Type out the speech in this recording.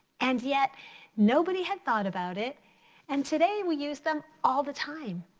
and yet nobody had thought about it and today we use them all the time.